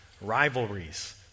rivalries